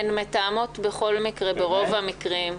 הן מתאמות בכל מקרה ברוב המקרים,